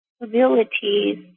abilities